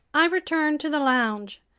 i returned to the lounge.